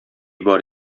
бар